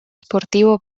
sportivo